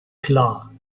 klar